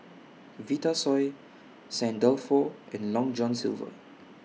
Vitasoy Saint Dalfour and Long John Silver